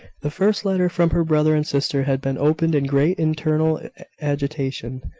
the first letter from her brother and sister had been opened in great internal agitation.